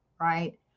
Right